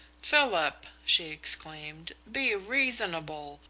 philip! she exclaimed. be reasonable!